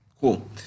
cool